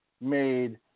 made